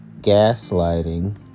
Gaslighting